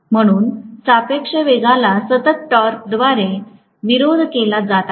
म्हणून सापेक्ष वेगला सतत टॉर्कद्वारे विरोध केला जात आहे